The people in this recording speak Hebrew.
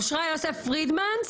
אושרה יוסף פרידמן,